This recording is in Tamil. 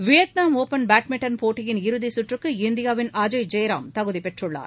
வியட்நாம் ஓபன் போட்மிண்டன் போட்டியின் இறுதி சுற்றுக்கு இந்தியாவின் அஜய் ஜெயராம் தகுதி பெற்றுள்ளார்